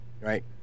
right